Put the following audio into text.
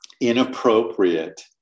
inappropriate